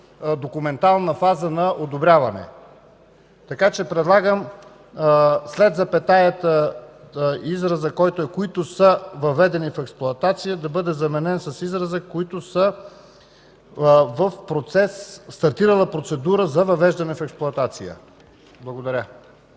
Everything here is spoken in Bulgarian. документална фаза на одобряване. Така че предлагам изразът след запетаята „които са въведени в експлоатация” да бъде заменен с израза „които са в стартирала процедура за въвеждане в експлоатация”. Благодаря.